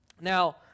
Now